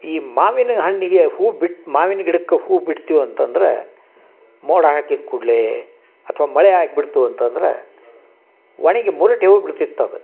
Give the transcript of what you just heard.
ಈ ಮಾವಿನ ಹಣ್ಣಿಗೆ ಹೂ ಬಿಟ್ಟು ಮಾವಿನ ಗಿಡಕ್ಕೆ ಹೂ ಬಿಡ್ತಿವೆ ಅಂತಂದರೆ ಮೋಡ ಹಾಕಿದ ಕೂಡಲೇ ಅಥ್ವ ಮಳೆ ಆಗ್ಬಿಡ್ತು ಅಂತಂದರೆ ಒಣಗಿ ಮುರುಟಿ ಹೋಗ್ಬಿಡ್ತಿತ್ತು ಅದು